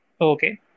Okay